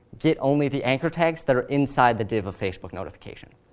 get only the anchor tags that inside the div of facebook notification.